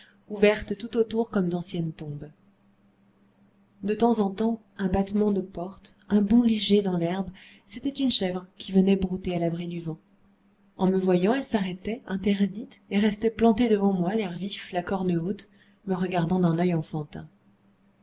ouvertes tout autour comme d'anciennes tombes de temps en temps un battement de porte un bond léger dans l'herbe c'était une chèvre qui venait brouter à l'abri du vent en me voyant elle s'arrêtait interdite et restait plantée devant moi l'air vif la corne haute me regardant d'un œil enfantin